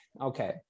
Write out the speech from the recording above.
okay